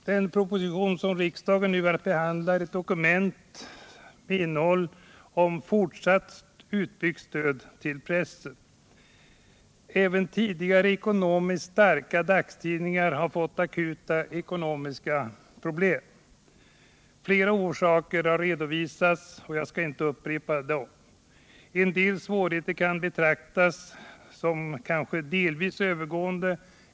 Den proposition som riksdagen nu har att behandla är ett dokument innehållande förslag om fortsatt utbyggnad av stödet till pressen. Även tidigare ekonomiskt starka dagstidningar har haft akuta ekonomiska problem. Flera orsaker har redovisats, och jag skall inte upprepa dem. En del av svårigheterna kan kanske betraktas som delvis övergående.